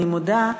אני מודה,